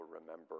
remember